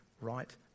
right